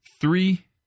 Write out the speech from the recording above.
Three